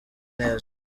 neza